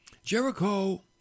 jericho